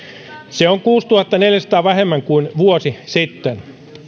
se on kuudentuhannenneljänsadan vähemmän kuin vuosi sitten